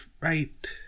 right